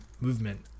movement